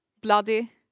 bloody